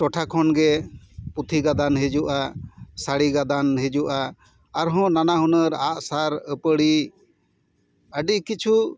ᱴᱚᱴᱷᱟ ᱠᱷᱚᱱ ᱜᱮ ᱯᱩᱛᱷᱤ ᱜᱟᱫᱟᱱ ᱦᱤᱡᱩᱜᱼᱟ ᱥᱟᱹᱲᱤ ᱜᱟᱫᱟᱱ ᱦᱤᱡᱩᱜᱼᱟ ᱟᱨᱦᱚᱸ ᱱᱟᱱᱟ ᱦᱩᱱᱟᱹᱨ ᱟᱜᱼᱥᱟᱨ ᱟᱹᱯᱟᱹᱲᱤ ᱟᱹᱰᱤ ᱠᱤᱪᱷᱩ